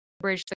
bridge